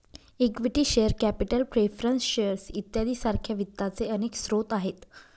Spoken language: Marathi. equity share capital preference shares इत्यादी सारख्या वित्ताचे अनेक स्रोत आहेत